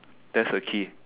that's the key